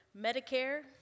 Medicare